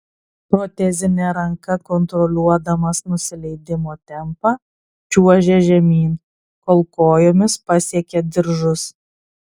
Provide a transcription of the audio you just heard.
protezine ranka kontroliuodamas nusileidimo tempą čiuožė žemyn kol kojomis pasiekė diržus